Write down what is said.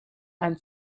and